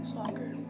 Soccer